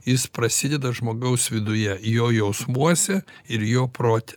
jis prasideda žmogaus viduje jo jausmuose ir jo prote